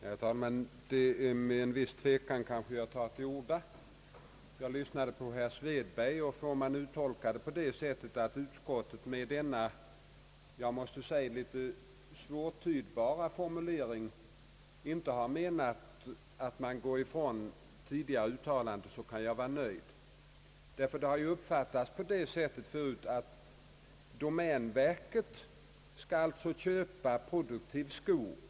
Herr talman! Det är kanske med en viss tvekan jag tar till orda. Jag lyssnade till herr Lage Svedberg. Får jag uttolka hans anförande på det sättet att utskottet med denna, jag måste säga, svårtydbara formulering inte har menat att det går ifrån tidigare uttalanden, då kan jag vara nöjd. Det har ju förut uppfattats så att domänverket skall få köpa produktiv skog.